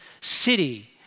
city